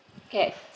K